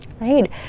Right